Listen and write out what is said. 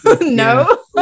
no